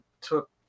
took